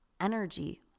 energy